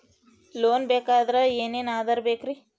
Loan ಬೇಕಾದ್ರೆ ಏನೇನು ಆಧಾರ ಬೇಕರಿ?